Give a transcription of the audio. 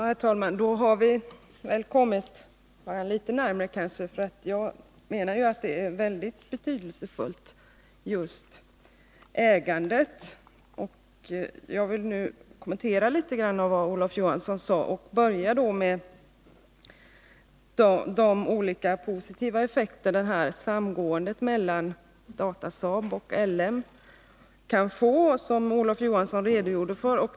Herr talman! Vi har nu kommit bara litet närmare varandra, för jag menar att just ägandet är väldigt betydelsefullt. Jag vill kommentera något av vad Olof Johansson sade och börjar då med de olika positiva effekter som samgåendet mellan Datasaab och LME kan få och som Olof Johansson redogjorde för.